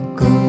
go